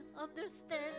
understand